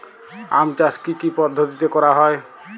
আম চাষ কি কি পদ্ধতিতে করা হয়?